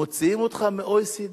מוציאים אותך מה-OECD.